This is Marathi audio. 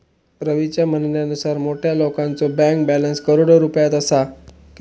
रवीच्या म्हणण्यानुसार मोठ्या लोकांचो बँक बॅलन्स करोडो रुपयात असा